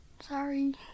Sorry